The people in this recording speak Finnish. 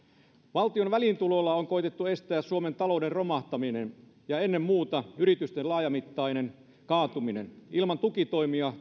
valtion väliintulolla on koetettu estää suomen talouden romahtaminen ja ennen muuta yritysten laajamittainen kaatuminen ilman tukitoimia